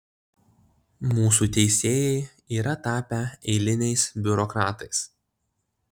mūsų teisėjai yra tapę eiliniais biurokratais